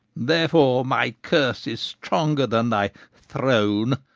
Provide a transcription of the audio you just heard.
therefore my curse is stronger than thy throne,